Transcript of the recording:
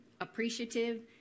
appreciative